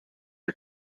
are